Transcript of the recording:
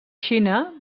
xina